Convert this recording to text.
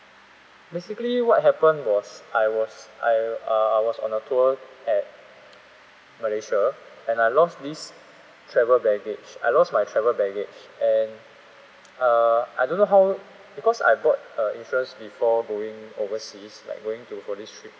basically what happened was I was I uh I was on a tour at malaysia and I lost this travel baggage I lost my travel baggage and uh I don't know how because I bought uh insurance before going overseas like going to for this trip